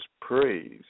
praise